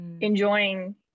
enjoying